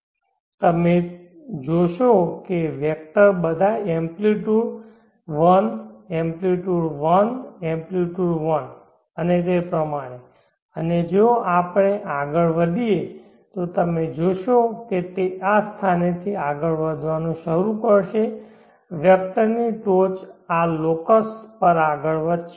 તેથી તમે જોશો કે વેક્ટર બધા એમ્પ્લીટયુડ 1 એમ્પ્લીટયુડ 1 એમ્પ્લીટયુડ 1 અને તે પ્રમાણે અને જો આપણે આગળ વધીએ તો તમે જોશો કે તે આ સ્થાનેથી આગળ વધવાનું શરૂ કરશે વેક્ટરની ટોચ આ લોકસ પર આગળ વધશે